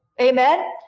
Amen